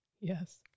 Yes